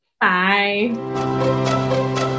Bye